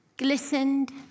glistened